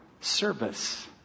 Service